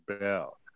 Bell